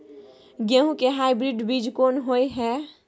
गेहूं के हाइब्रिड बीज कोन होय है?